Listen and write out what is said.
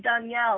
Danielle